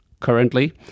currently